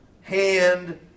hand